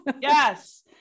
Yes